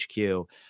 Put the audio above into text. HQ